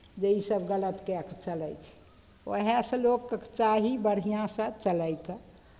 जे इसभ गलत कए कऽ चलै छै उएहसँ लोकके चाही बढ़िआँसँ चलयके